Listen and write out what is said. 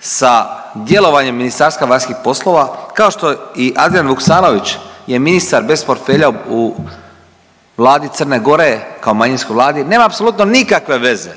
sa djelovanjem Ministarstva vanjskih poslova, kao što i Adrijan Luksanović je ministar bez portfelja u Vladi Crne Gore kao manjinskoj vladi, nema apsolutno nikakve veze